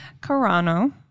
Carano